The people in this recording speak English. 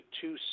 two